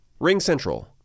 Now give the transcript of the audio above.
RingCentral